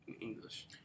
English